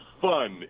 fun